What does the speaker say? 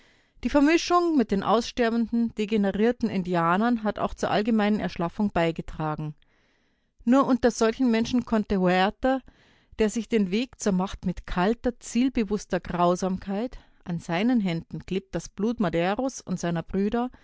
die vermischung mit den aussterbenden degenerierten indianern hat auch zur allgemeinen erschlaffung beigetragen nur unter solchen menschen konnte huerta der sich den weg zur macht mit kalter zielbewußter grausamkeit an seinen händen klebt das blut maderos und seiner brüder